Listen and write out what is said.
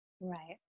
Right